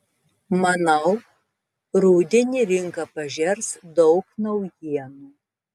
manau rudenį rinka pažers daug naujienų